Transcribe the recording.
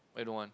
why don't want